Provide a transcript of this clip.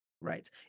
right